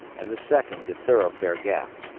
and the second to thoroughfare gap.